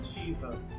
Jesus